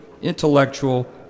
intellectual